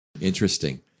Interesting